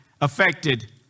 affected